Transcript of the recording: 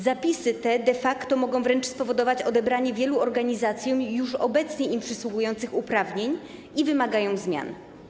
Zapisy te de facto mogą wręcz spowodować odebranie wielu organizacjom już obecnie im przysługujących uprawnień i wymagają zmian.